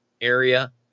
area